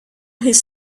his